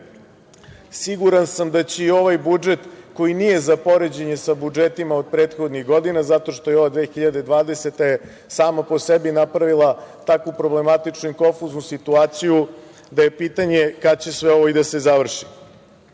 redu. Siguran sam da će i ovaj budžet koji nije za poređenje sa budžetima od prethodnih godina, zato što je ova 2020. sama po sebi napravila takvu problematičnu i konfuznu situaciju da je pitanje kad će sve ovo i da se završi. Državna